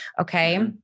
Okay